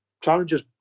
challenges